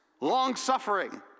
long-suffering